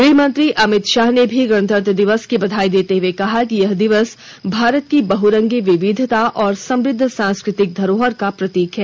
गृहमंत्री अमितशाह ने भी गणतंत्र दिवस की बधाई देते हुए कहा है कि यह दिवस भारत की बहुरंगी विविधता और समुद्ध सांस्कृतिक धरोहर का प्रतीक है